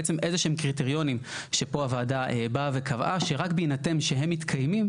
בעצם איזה שהם קריטריונים שפה הוועדה באה וקבעה שרק בהינתן שהם מתקיימים